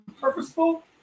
purposeful